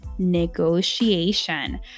negotiation